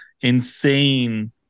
insane